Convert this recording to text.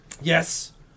Yes